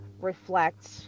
reflect